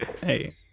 hey